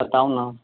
बताउ ने